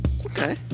Okay